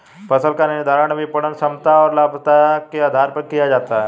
फसल का निर्धारण विपणन क्षमता और लाभप्रदता के आधार पर किया जाता है